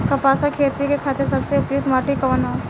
कपास क खेती के खातिर सबसे उपयुक्त माटी कवन ह?